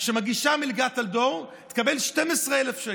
ומגישה בקשה למלגת טלדור תקבל 12,000 שקל,